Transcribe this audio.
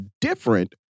different